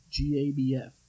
GABF